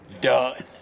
done